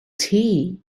tea